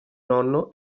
nonno